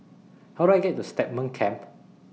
How Do I get to Stagmont Camp